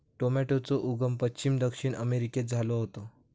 टॉमेटोचो उगम पश्चिम दक्षिण अमेरिकेत झालो होतो